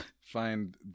find